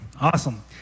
awesome